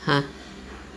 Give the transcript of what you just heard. !huh!